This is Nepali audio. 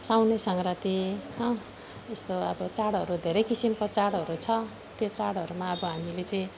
साउने सङ्क्रान्ति हो यस्तो अब चाडहरू धेरै किसिमको चाडहरू छ त्यो चाडहरूमा अब हामीले चाहिँ